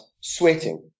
sweating